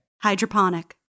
Hydroponic